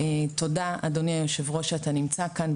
תודה אדוני היו"ר שאתה נמצא כאן.